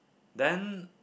then